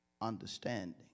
understanding